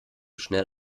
schnell